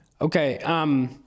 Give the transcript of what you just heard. Okay